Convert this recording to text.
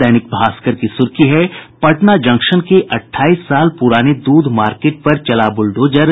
दैनिक भास्कर की सुर्खी है पटना जंक्शन के अट्ठाईस साल पुराने दूध मार्केट पर चला बुलडोजर